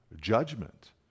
judgment